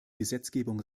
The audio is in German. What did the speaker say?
gesetzgebung